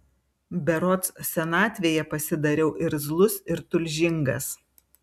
berods senatvėje pasidariau irzlus ir tulžingas